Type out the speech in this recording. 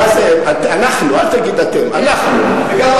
הם היו